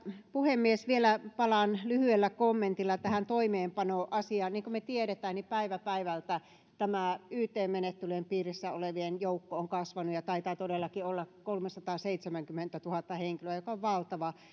puhemies vielä palaan lyhyellä kommentilla tähän toimeenpanoasiaan niin kuin me tiedämme päivä päivältä tämä yt menettelyjen piirissä olevien joukko on kasvanut ja taitaa todellakin olla kolmesataaseitsemänkymmentätuhatta henkilöä joka on valtava